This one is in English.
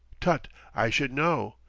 tut i should know!